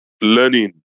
learning